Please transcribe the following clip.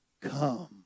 come